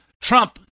Trump